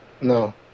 No